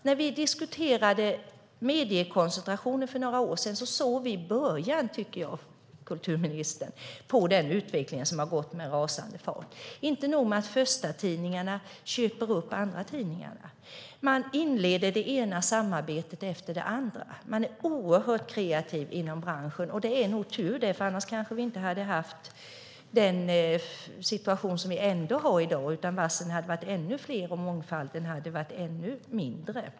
När vi diskuterade mediekoncentrationen för några år sedan tycker jag att vi såg början, kulturministern, på den utveckling som har gått med rasande fart. Inte nog med att förstatidningarna köper upp andra tidningar, utan man inleder det ena samarbetet efter det andra. Man är oerhört kreativ inom branschen. Och det är nog tur det, för annars kanske vi inte hade haft den situation som vi ändå har i dag, utan varslen hade varit ännu fler och mångfalden hade varit ännu mindre.